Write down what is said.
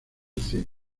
cine